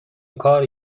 کار